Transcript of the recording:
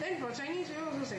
then for chinese new year also can